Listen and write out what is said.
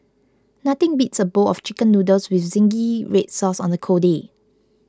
nothing beats a bowl of Chicken Noodles with Zingy Red Sauce on a cold day